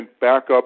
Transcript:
backup